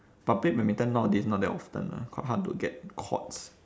public badminton nowadays not that often lah quite hard to get courts